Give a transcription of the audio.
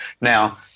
now